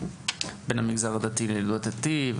בין המגזר הדתי ללא דתי,